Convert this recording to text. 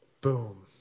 boom